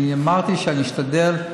אני אמרתי שאני אשתדל,